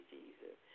Jesus